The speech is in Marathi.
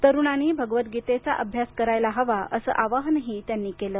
तरुणांनी गीतेचा अभ्यास करायला हवा असं आवाहनही त्यांनी केलं